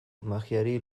magiari